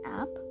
app